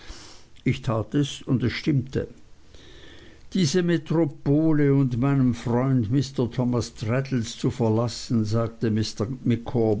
ich tat es und es stimmte diese metropole und meinen freund mr thomas traddles zu verlassen sagte